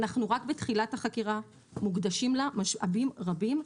אנחנו רק בתחילת החקירה, מוקדשים לה משאבים רבים.